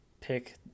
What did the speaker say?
pick